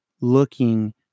looking